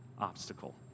obstacle